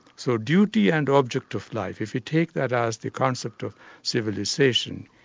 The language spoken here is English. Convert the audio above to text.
so duty and object of life, if we take that as the concept of civilisation,